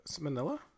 Manila